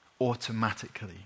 automatically